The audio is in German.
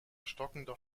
stockender